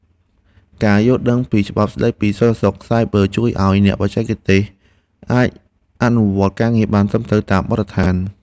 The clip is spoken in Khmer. ការយល់ដឹងពីច្បាប់ស្តីពីសន្តិសុខសាយប័រជួយឱ្យអ្នកបច្ចេកទេសអាចអនុវត្តការងារបានត្រឹមត្រូវតាមបទដ្ឋាន។